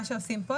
מה שעושים כאן,